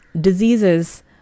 diseases